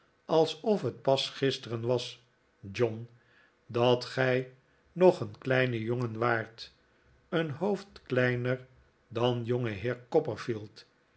alsof het pas gisteren was john dat gij nog een kleine jongen waart een hoofd kleiner dan